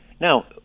now